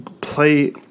play